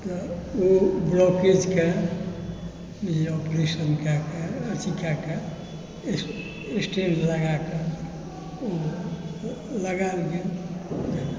तऽ ओ ब्लोकेजकए जे ऑपरेशन कऽ कए अथीकऽ कए स्टेन्ट लगाकऽ ओ लगायल गेल